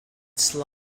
sly